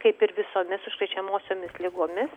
kaip ir visomis užkrečiamosiomis ligomis